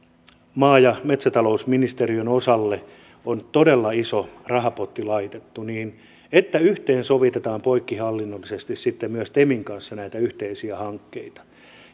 maa ja metsätalousministeriön osalle on todella iso rahapotti laitettu niin yhteensovitetaan poikkihallinnollisesti sitten myös temin kanssa näitä yhteisiä hankkeita